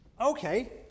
Okay